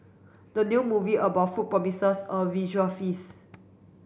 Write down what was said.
the new movie about food promises a visual feast